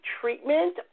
treatment